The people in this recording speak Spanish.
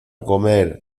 comer